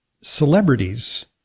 celebrities